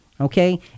okay